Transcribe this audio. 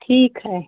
ठीक है